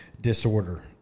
disorder